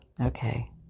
Okay